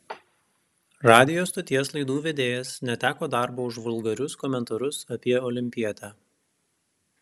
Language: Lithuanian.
radijo stoties laidų vedėjas neteko darbo už vulgarius komentarus apie olimpietę